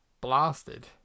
blasted